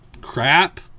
crap